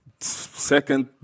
Second